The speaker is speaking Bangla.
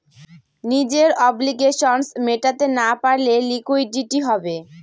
নিজের অব্লিগেশনস মেটাতে না পারলে লিকুইডিটি হবে